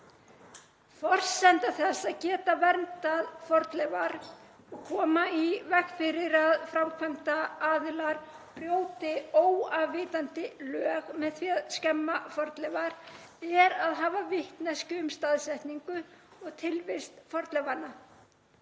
Forsenda þess að geta verndað fornleifar og koma í veg fyrir að framkvæmdaraðilar brjóti óafvitandi lög með því að skemma fornleifar er að hafa vitneskju um staðsetningu og tilvist fornleifanna.